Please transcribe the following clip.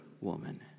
woman